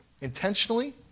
Intentionally